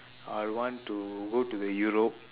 I want to go to the europe